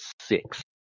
six